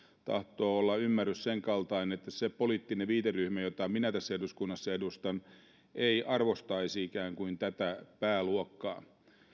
tahtoo olla ymmärrys sen kaltainen että se poliittinen viiteryhmä jota minä tässä eduskunnassa edustan ikään kuin ei arvostaisi tätä pääluokkaa